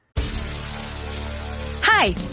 Hi